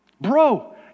bro